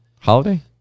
Holiday